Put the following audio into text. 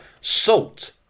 Salt